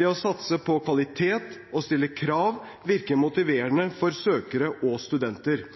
det å satse på kvalitet og å stille krav virker motiverende for søkere og studenter.